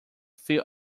few